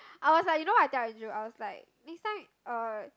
I was like you know what I tell Andrew I was like next time uh